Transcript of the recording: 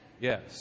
Yes